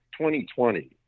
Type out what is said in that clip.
2020